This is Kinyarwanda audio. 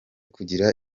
kugira